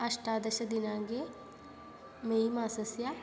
अष्टादशदिनाङ्के मे मासस्य